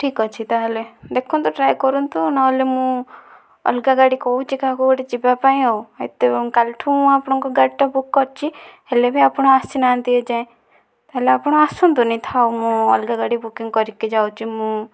ଠିକ ଅଛି ତାହେଲେ ଦେଖନ୍ତୁ ଟ୍ରାଏ କରନ୍ତୁ ନହେଲେ ମୁଁ ଅଲଗା ଗାଡ଼ି କହୁଛି କାହାକୁ ଗୋଟିଏ ଯିବା ପାଇଁ ଆଉ ଏତେ କାଲିଠୁ ମୁଁ ଆପଣଙ୍କ ଗାଡ଼ିଟା ବୁକ୍ କରିଛି ହେଲେ ବି ଆପଣ ଆସିନାହାନ୍ତି ଏ ଯାଏଁ ତାହେଲେ ଆପଣ ଆସନ୍ତୁନାହିଁ ଥାଉ ମୁଁ ଅଲଗା ଗାଡ଼ି ବୁକିଂ କରିକି ଯାଉଛି ମୁଁ